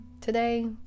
today